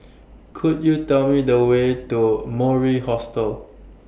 Could YOU Tell Me The Way to Mori Hostel